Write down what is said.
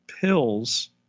pills